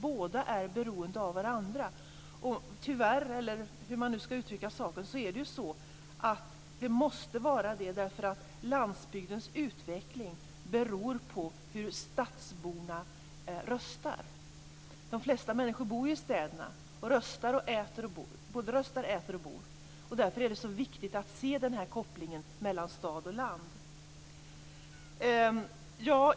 Båda är beroende av varandra. Det måste vara så, eftersom landsbygdens utveckling beror på hur stadsborna röstar. De flesta människor röstar, äter och bor ju i städerna, och det är därför viktigt att se denna koppling mellan stad och land.